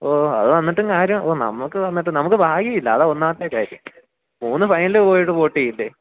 ഓ അതു വന്നിട്ടും കാര്യം ഓ നമുക്കു വന്നിട്ടും നമുക്കു ഭാഗ്യമില്ല അതാണ് ഒന്നാമത്തെ കാര്യം മൂന്ന് ഫൈനൽ പോയിട്ടും പൊട്ടിയില്ലേ